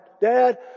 Dad